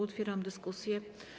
Otwieram dyskusję.